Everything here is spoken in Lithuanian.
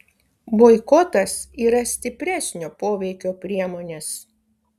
boikotas yra stipresnio poveikio priemonės